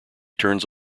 turns